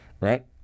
Right